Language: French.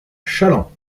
challans